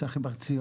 שמי צחי בר ציון,